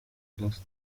los